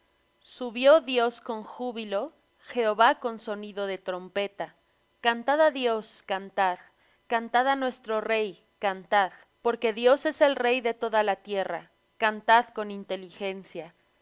subió dios con júbilo jehová con sonido de trompeta cantad á dios cantad cantad á nuestro rey cantad porque dios es el rey de toda la tierra cantad con inteligencia